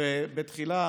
ובתחילה,